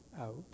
out